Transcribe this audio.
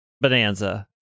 Bonanza